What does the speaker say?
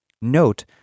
Note